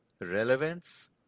relevance